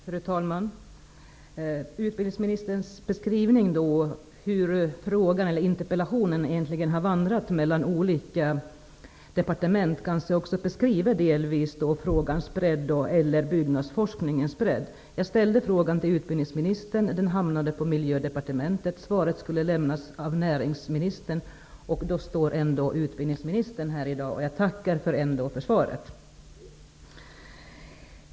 Fru talman! Utbildningsministerns beskrivning över hur interpellationen har vandrat mellan olika departement illustrerar delvis frågans och byggnadsforskningens bredd. Jag framställde interpellationen till utbildningsministern, varefter den hamnade på Miljödepartementet, men svaret skulle lämnas av näringsministern. Ändå är det utbildningsministern som står här i dag. Jag tackar för svaret.